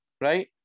Right